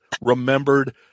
remembered